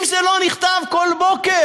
אם זה לא נכתב כל בוקר,